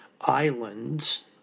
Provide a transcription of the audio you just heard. islands